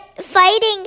fighting